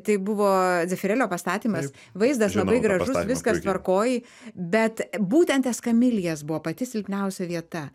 tai buvo zefirelio pastatymas vaizdas labai gražus viskas tvarkoj bet būtent eskamilijas buvo pati silpniausia vieta